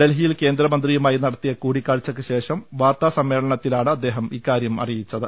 ഡൽഹിയിൽ കേന്ദ്രമന്ത്രി യുമായി നടത്തിയ കൂടിക്കാഴ്ചക്ക് ശേഷം വാർത്താ സമ്മേളനത്തിലാണ് അദ്ദേഹം ഇക്കാര്യം അറിയിച്ചത്